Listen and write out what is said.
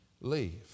leave